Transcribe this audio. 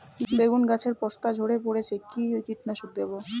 বেগুন গাছের পস্তা ঝরে পড়ছে কি কীটনাশক দেব?